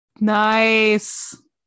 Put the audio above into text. Nice